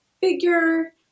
figure